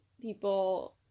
people